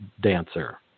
dancer